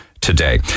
today